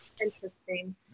Interesting